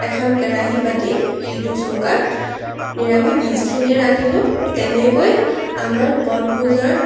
এখন কেৰাহী পাতি সেইটো চৌকাত নিৰামিষ ভাজিখিনিয়ে ৰান্ধিলোঁ তেনেকৈ আমাৰ বনভোজৰ